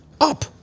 up